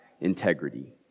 integrity